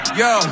yo